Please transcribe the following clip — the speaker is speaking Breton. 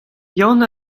yann